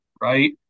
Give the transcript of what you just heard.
right